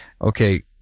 okay